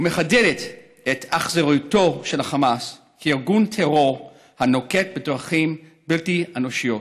ומחדדת את אכזריותו של החמאס כארגון טרור הנוקט דרכים בלתי אנושיות.